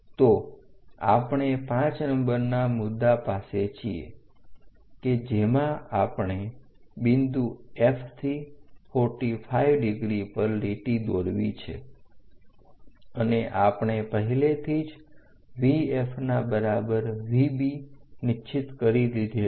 તો આપણે 5 નંબરના મુદ્દા પાસે છીએ કે જેમાં આપણે બિંદુ F થી 45° પર લીટી દોરવી છે અને આપણે પહેલેથી જ VF ના બરાબર VB નિશ્ચિત કરી દીધેલું છે